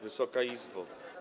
Wysoka Izbo!